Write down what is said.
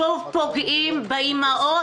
שוב פוגעים באימהות.